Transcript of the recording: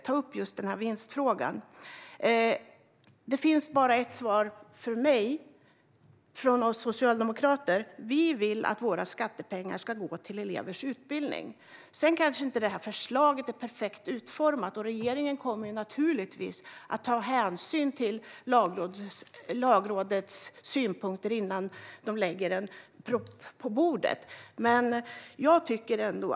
Från Socialdemokraterna finns det bara ett svar: Vi vill att skattepengarna ska gå till elevers utbildning. Förslaget är kanske inte perfekt utformat, och regeringen kommer givetvis att ta hänsyn till Lagrådets synpunkter innan man lägger fram en proposition.